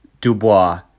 Dubois